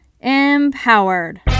empowered